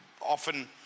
often